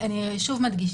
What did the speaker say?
אני שוב מדגישה,